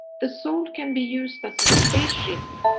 the soul can be used as a spaceship